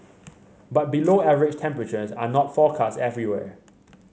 but below average temperatures are not forecast everywhere